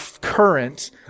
current